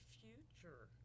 future